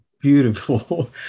beautiful